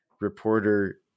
reporter